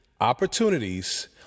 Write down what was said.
Opportunities